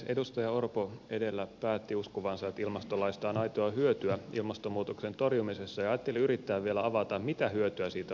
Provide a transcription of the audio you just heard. edustaja orpo edellä päätti uskovansa että ilmastolaista on aitoa hyötyä ilmastonmuutoksen torjumisessa ja ajattelin yrittää vielä avata mitä hyötyä siitä oikeasti on